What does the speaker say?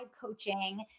coaching